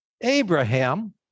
Abraham